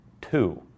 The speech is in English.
two